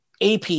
AP